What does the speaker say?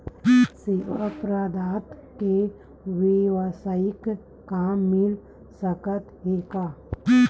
सेवा प्रदाता के वेवसायिक काम मिल सकत हे का?